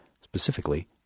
specifically